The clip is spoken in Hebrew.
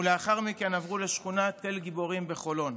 ולאחר מכן עברו לשכונת תל גיבורים בחולון,